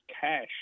cash